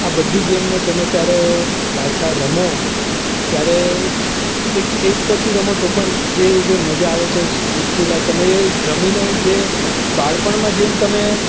આ બધી ગેમ ને તમે ત્યારે પાછા રમો ત્યારે એક એજ પછી રમો તો પણ એ જે મજા આવે છે સ્ફૂર્તિલા તમે એ રમીને જે બાળપણમાં જેમ તમે